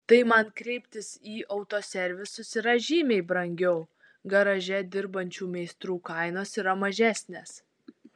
tai man kreiptis į autoservisus yra žymiai brangiau garaže dirbančių meistrų kainos yra mažesnės